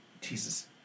Jesus